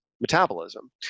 metabolism